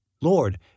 Lord